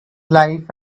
life